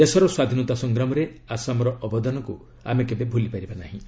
ଦେଶର ସ୍ୱାଧୀନତା ସଂଗ୍ରାମରେ ଆସାମର ଅବଦାନକୁ ଆମେ କେବେ ଭୁଲି ପାରିବା ନାହିଁ